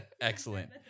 Excellent